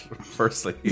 firstly